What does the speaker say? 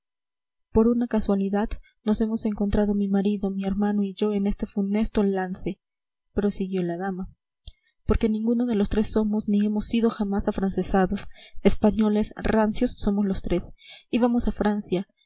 por una casualidad nos hemos encontrado mi marido mi hermano y yo en este funesto lance prosiguió la dama porque ninguno de los tres somos ni hemos sido jamás afrancesados españoles rancios somos los tres íbamos a francia